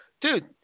Dude